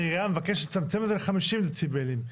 העירייה מבקשת לצמצם את זה ל-50 דציבלים.